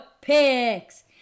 picks